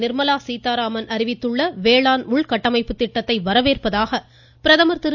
நிர்மலா சீத்தாராமன் அறிவித்துள்ள வேளாண் உள்கட்டமைப்பு திட்டத்தை வரவேற்பதாக பிரதமர் திரு